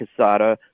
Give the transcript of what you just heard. Casada